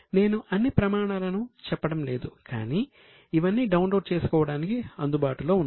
నేను అన్ని ప్రమాణాలను చెప్పడం లేదు కానీ ఇవన్నీ డౌన్లోడ్ చేసుకోవడానికి అందుబాటులో ఉన్నాయి